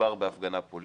מדובר בהפגנה פוליטית